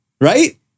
Right